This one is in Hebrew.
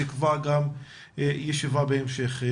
נקבע ישיבה בהמשך.